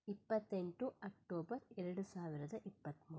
ಇಪ್ಪತ್ತೆಂಟು ಅಕ್ಟೋಬರ್ ಎರಡು ಸಾವಿರದ ಇಪ್ಪತ್ತ್ಮೂರು